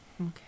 okay